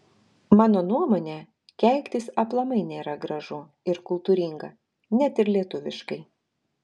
mano nuomone keiktis aplamai nėra gražu ir kultūringa net ir lietuviškai